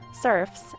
serfs